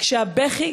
כשהבכי